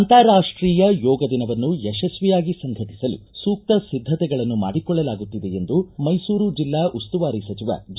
ಅಂತಾರಾಷ್ಟೀಯ ಯೋಗ ದಿನವನ್ನು ಯಶಸ್ವಿಯಾಗಿ ಸಂಘಟಿಸಲು ಸೂಕ್ತ ಸಿದ್ಧತೆಗಳನ್ನು ಮಾಡಿಕೊಳ್ಳಲಾಗುತ್ತಿದೆ ಎಂದು ಮೈಸೂರು ಜಿಲ್ಲಾ ಉಸ್ತುವಾರಿ ಸಚಿವ ಜಿ